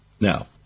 Now